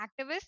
activists